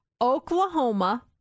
Oklahoma